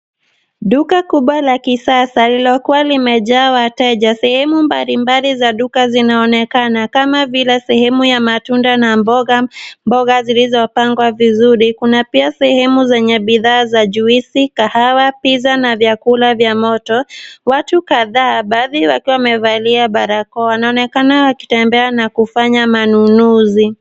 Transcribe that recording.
Duka kubwa la kisasa lililokuwa limejaa wateja, sehemu mbalimbali za duka zinaonekana kama vile sehemu ya matunda na mboga, mboga zilizopangwa vizuri, kuna pia sehemu zenye bidhaa za juisi, kahawa, piza na vyakula vya moto. Watu kadhaa baadhi wakiwa wamevalia barakoa wanaonekana wakitembea na kufanya manunuzi.